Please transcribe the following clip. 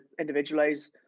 individualize